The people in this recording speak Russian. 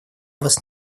вас